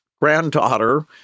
granddaughter